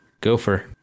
Gopher